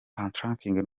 patoranking